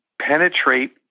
penetrate